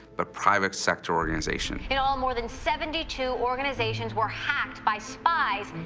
but private-sector organization. in all more than seventy two organizations were hacked by spies,